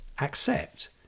accept